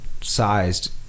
sized